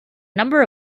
number